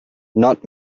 not